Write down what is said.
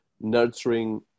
nurturing